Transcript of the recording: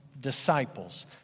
disciples